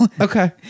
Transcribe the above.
Okay